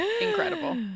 Incredible